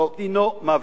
דינו מוות.